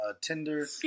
Tinder